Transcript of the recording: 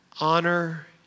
Honor